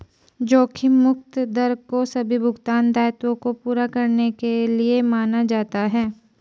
जोखिम मुक्त दर को सभी भुगतान दायित्वों को पूरा करने के लिए माना जाता है